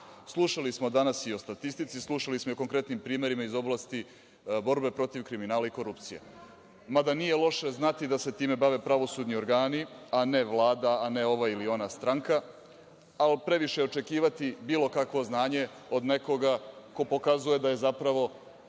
prilika. Slušali smo danas i o statistici, slušali smo i o konkretnim primerima iz oblasti borbe protiv kriminala i korupcije, mada nije loše znati da se time bave pravosudni organi, a ne Vlada, ova ili ona stranka, ali previše je očekivati bilo kakvo znanje od nekoga ko pokazuje da je zapravo